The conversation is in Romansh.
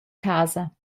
casa